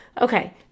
Okay